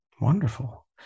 Wonderful